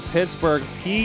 Pittsburgh